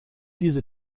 diese